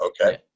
okay